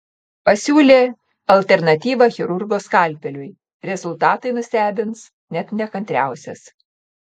pasiūlė alternatyvą chirurgo skalpeliui rezultatai nustebins net nekantriausias